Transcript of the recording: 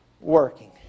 working